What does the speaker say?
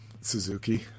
Suzuki